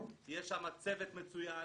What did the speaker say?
יש שם צוות מצוין,